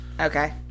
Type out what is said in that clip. Okay